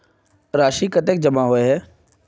राशि कतेक जमा होय है?